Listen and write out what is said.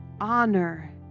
Honor